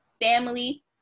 family